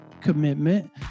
commitment